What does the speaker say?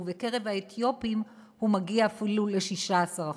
ובקרב האתיופים הוא מגיע אפילו ל-16%.